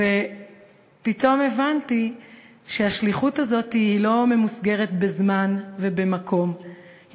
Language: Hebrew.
פתאום הבנתי שהשליחות הזאת לא ממוסגרת בזמן ובמקום,